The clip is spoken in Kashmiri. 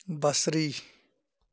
بصری